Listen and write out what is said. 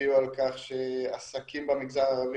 הצביעו על כך שעסקים במגזר הערבי,